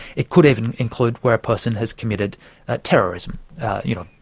it could even include where a person has committed terrorism you know,